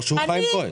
או שהוא חיים כהן.